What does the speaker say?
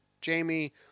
Jamie –